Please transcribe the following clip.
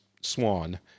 Swan